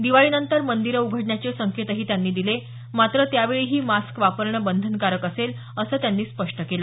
दिवाळीनंतर मंदीरं उघडण्याचे संकेतही त्यांनी दिले मात्र त्यावेळीही मास्क वापरणं बंधनकारक असेल असं त्यांनी स्पष्ट केलं